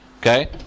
Okay